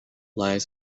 lies